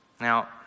Now